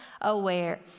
aware